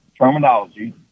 terminology